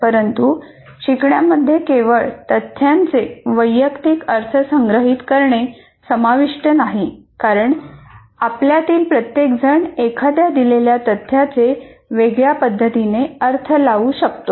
परंतु शिकण्यामध्ये केवळ तथ्यांचे वैयक्तिक अर्थ संग्रहित करणे समाविष्ट नाही कारण आपल्यातील प्रत्येकजण एखाद्या दिलेल्या तथ्याचे वेगळ्या पद्धतीने अर्थ लावू शकतो